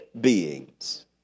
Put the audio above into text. beings